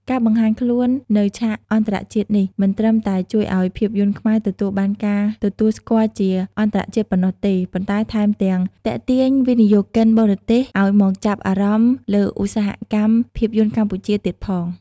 ការបង្ហាញខ្លួននៅឆាកអន្តរជាតិនេះ មិនត្រឹមតែជួយឱ្យភាពយន្តខ្មែរទទួលបានការទទួលស្គាល់ជាអន្តរជាតិប៉ុណ្ណោះទេ ប៉ុន្តែថែមទាំង ទាក់ទាញវិនិយោគិនបរទេសឱ្យមកចាប់អារម្មណ៍លើឧស្សាហកម្មភាពយន្តកម្ពុជា ទៀតផង។